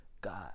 God